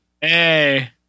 hey